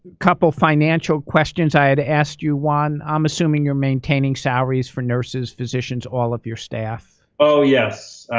couple financial questions. i had asked you one. i'm assuming you're maintaining salaries for nurses, physicians, all of your staff? oh, yes,